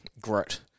grit